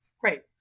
Great